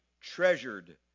treasured